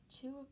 two